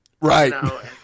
Right